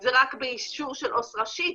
שזה רק באישור של עו"ס ראשית,